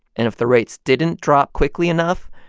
and if the rates didn't drop quickly enough,